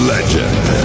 Legend